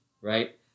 right